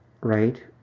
Right